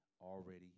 already